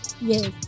Yes